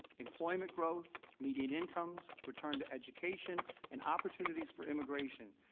employment growth, median incomes, return to education and opportunities for immigration,